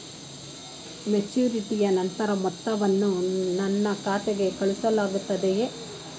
ಮೆಚುರಿಟಿಯ ನಂತರ ಮೊತ್ತವನ್ನು ನನ್ನ ಖಾತೆಗೆ ಕಳುಹಿಸಲಾಗುತ್ತದೆಯೇ?